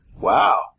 Wow